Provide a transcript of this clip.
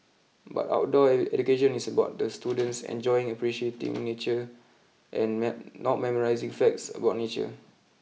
but outdoor education is about the students enjoying appreciating nature and not not memorising facts about nature